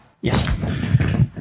Yes